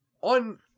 on